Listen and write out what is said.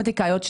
קוסמטיקאיות,